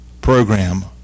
program